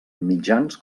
mitjans